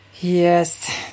Yes